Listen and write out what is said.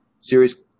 series